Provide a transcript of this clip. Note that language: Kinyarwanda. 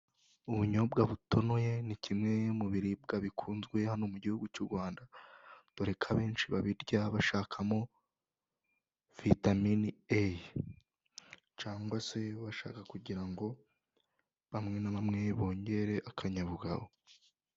Ubunyobwa butonoye ni kimwe mu biribwa bikunzwe hano mu gihugu cy'u Rwanda doreka abeshi babirya bashakamo vitamine eyi(A) cyangwa se bashaka kugira ngo bamwe na bamwe bongere akanyabugabo.